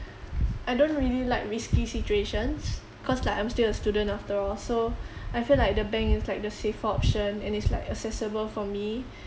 I don't really like risky situations cause like I'm still a student after all so I feel like the bank is like the safer option and it's like accessible for me